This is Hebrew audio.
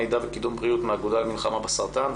מידע וקידום בריאות מהאגודה למלחמה בסרטן,